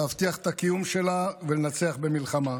להבטיח את הקיום שלה ולנצח במלחמה.